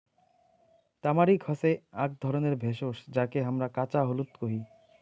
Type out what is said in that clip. তামারিক হসে আক ধরণের ভেষজ যাকে হামরা কাঁচা হলুদ কোহি